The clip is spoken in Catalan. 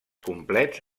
complets